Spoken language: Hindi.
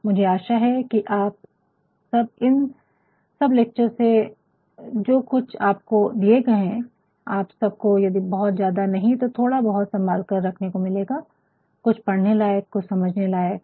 और मुझे आशा है कि आप सब इन सब लेक्चर से जो आपको दिए गए है आप सबको यदि बहुत ज्यादा नहीं तो थोड़ा बहुत संभाल कर रखने को मिलेगा कुछ पढ़ने लायक कुछ समझने लायक